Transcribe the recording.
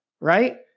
Right